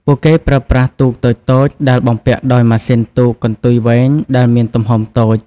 ពួកគេប្រើប្រាស់ ទូកតូចៗ ដែលបំពាក់ដោយម៉ាស៊ីនទូកកន្ទុយវែងដែលមានទំហំតូច។